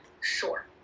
sure